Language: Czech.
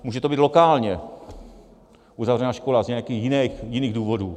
Může to být lokálně uzavřená škola z nějakých jiných důvodů.